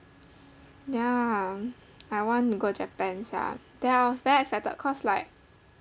ya I want to go japan sia then I was very excited cause like